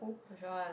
which one